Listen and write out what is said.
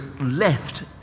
left